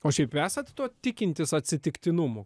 o šiaip esat tuo tikintis atsitiktinumu